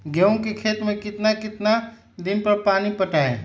गेंहू के खेत मे कितना कितना दिन पर पानी पटाये?